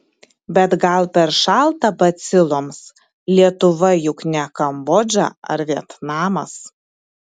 bet gal per šalta baciloms lietuva juk ne kambodža ar vietnamas